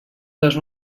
les